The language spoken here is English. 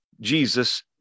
Jesus